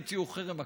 המציאו חרם עקיף,